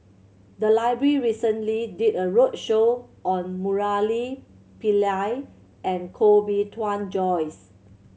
the library recently did a roadshow on Murali Pillai and Koh Bee Tuan Joyce